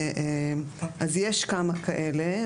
אז יש כמה כאלה,